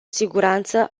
siguranță